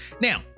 Now